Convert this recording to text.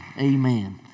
Amen